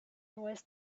was